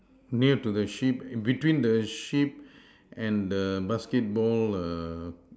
near to the sheep between the sheep and the basketball err